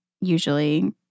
usually